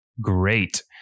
Great